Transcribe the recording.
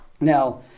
Now